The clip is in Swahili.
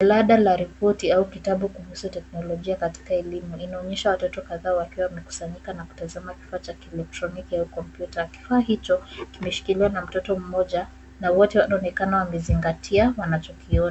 Jalanda la ripoti au kitabu kuhusu teknolojia katika elimu. Inaonyesha watoto kadhaa wakiwa wamekusanyika na kutazama kifaa cha kielektroniki au kompyuta. Kifaa hicho kimeshikiliwa na mtoto mmoja na wote wanaonekana wakizingatia wanachokiona.